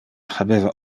habeva